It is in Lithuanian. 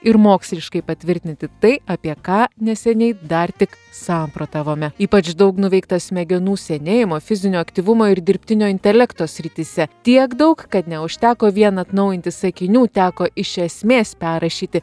ir moksliškai patvirtinti tai apie ką neseniai dar tik samprotavome ypač daug nuveikta smegenų senėjimo fizinio aktyvumo ir dirbtinio intelekto srityse tiek daug kad neužteko vien atnaujinti sakinių teko iš esmės perrašyti